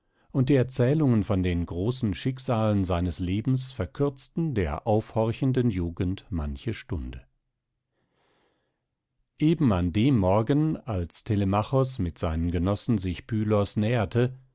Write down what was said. und die erzählungen von den großen schicksalen seines lebens verkürzten der aufhorchenden jugend manche stunde eben an dem morgen als telemachos mit seinen genossen sich pylos näherte